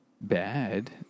bad